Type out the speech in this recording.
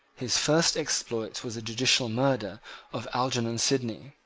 his first exploit was the judicial murder of algernon sidney.